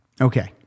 Okay